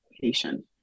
patient